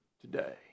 today